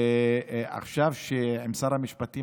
ועכשיו עם שר המשפטים,